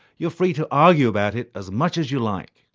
you're free to argue about it as much as you like.